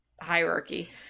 hierarchy